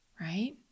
right